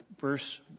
verse